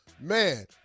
man